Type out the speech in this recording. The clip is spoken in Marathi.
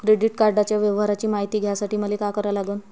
क्रेडिट कार्डाच्या व्यवहाराची मायती घ्यासाठी मले का करा लागन?